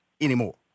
anymore